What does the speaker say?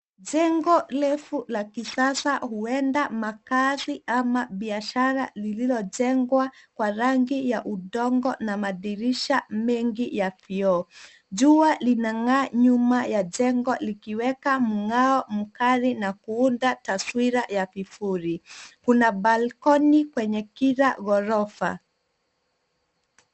Jengo refu la kisasa huenda makazi ama biashara lililojengwa kwa rangi ya udongo na madirisha mengi ya vioo. Jua linang'aa nyuma ya jengo likiweka mng'ao mkali na kuunda taswira ya vifuri. Kuna balcony kwenye kila ghrofa.